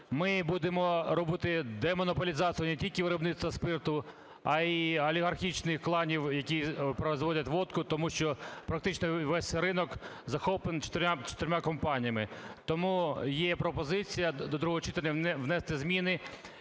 ми будемо робити демонополізацію не тільки виробництва спирту, а й олігархічних кланів, які виробляють водку, тому що практично весь ринок захоплений чотирма компаніями. Тому є пропозиція до другого читання внести зміни